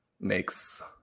makes